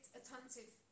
attentive